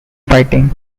fighting